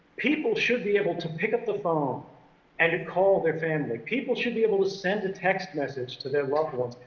people should be able to pick up the phone and to call their family, people should be able to send a text message to their loved ones,